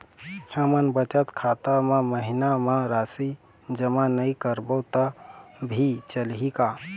हमन बचत खाता मा महीना मा राशि जमा नई करबो तब भी चलही का?